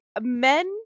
men